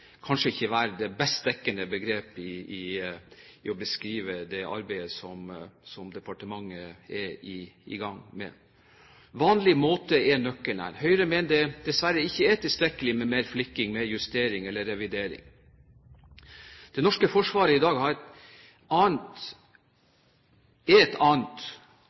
kanskje ikke være det mest dekkende for å beskrive det arbeidet som departementet er i gang med. «Vanlig måte» er nøkkelen her. Høyre mener dessverre det ikke er tilstrekkelig med mer flikking, justering eller revidering. Det norske forsvaret i dag er et annet,